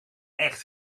echt